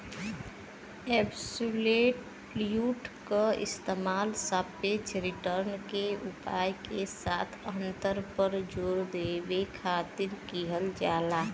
absolute क इस्तेमाल सापेक्ष रिटर्न के उपाय के साथ अंतर पर जोर देवे खातिर किहल जाला